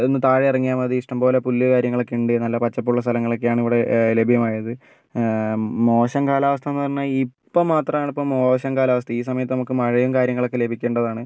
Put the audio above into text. ഒന്ന് താഴെ ഇറങ്ങിയാൽ മതി ഇഷ്ടംപോലെ പുല്ല് കാര്യങ്ങളൊക്കെ ഇണ്ട് നല്ല പച്ചപ്പുള്ള സ്ഥലങ്ങൾ ഒക്കെയാണ് ഇവിടെ ലഭ്യമായത് മോശം കാലാവസ്ഥാന്ന് പറഞ്ഞാൽ ഇപ്പം മാത്രാണ് ഇപ്പം മോശം കാലാവസ്ഥ ഈ സമയത്ത് നമുക്ക് മഴയും കാര്യങ്ങളൊക്കെ ലഭിക്കേണ്ടതാണ്